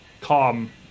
calm